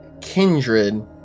kindred